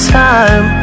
time